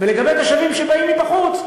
ולגבי תושבים שבאים מבחוץ,